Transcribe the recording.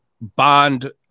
bond